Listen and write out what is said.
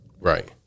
right